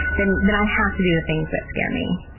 then then i have to do the things that scare me.